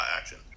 action